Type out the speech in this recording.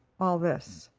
all this